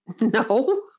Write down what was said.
No